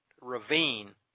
ravine